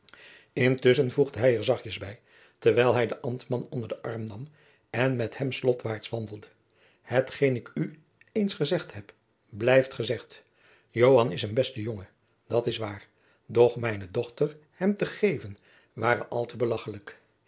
intusschen voegde hij er zachtjens bij terwijl hij den ambtman onder den arm nam en met hem slotwaarts wandelde hetgeen ik u eens gezegd heb blijft gezegd joan is een beste jonge dat is waar doch mijne dochter hem te geven ware al te belagchelijk